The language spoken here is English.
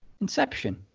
Inception